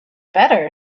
better